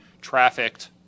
trafficked